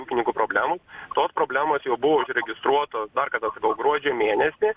ūkininkų problemų tos problemos jau buvo užregistruotos dar kartą sakau gruodžio mėnesį